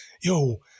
yo